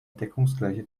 deckungsgleiche